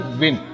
win